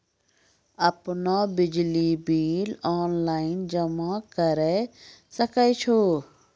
आपनौ बिजली bill online जमा करै सकै छौ?